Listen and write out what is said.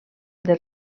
del